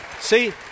See